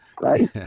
right